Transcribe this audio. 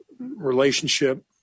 relationship